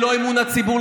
אין לכם אמון ציבור,